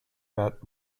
met